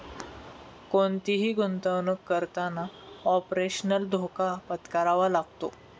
कोणतीही गुंतवणुक करताना ऑपरेशनल धोका पत्करावा लागतो